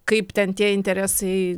kaip ten tie interesai